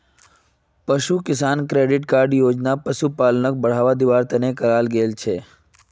पशु किसान credit card योजना पशुपालनक बढ़ावा दिवार तने कराल गेल छे